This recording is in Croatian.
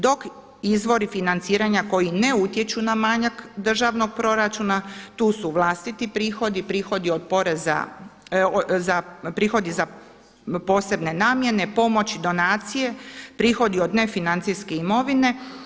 Dok izvori financiranja koji ne utječu na manjak državnog proračuna tu su vlastiti prihodi, prihodi za posebne namjene, pomoći, donacije, prihodi od nefinancijske imovine.